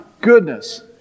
goodness